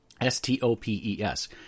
S-T-O-P-E-S